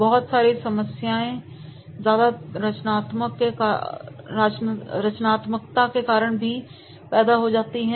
बहुत सारी समस्याएं ज्यादा रचनात्मकता के कारण भी आ जाती हैं